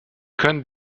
können